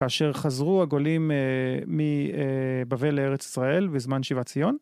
כאשר חזרו הגולים מבבל לארץ ישראל בזמן שיבת ציון.